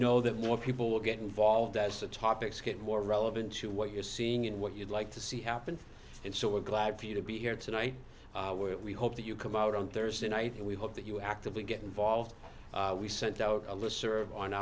know that more people will get involved as the topics get more relevant to what you're seeing and what you'd like to see happen and so we're glad for you to be here tonight we hope that you come out on thursday night and we hope that you actively get involved we sent out a list serve on